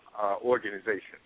organization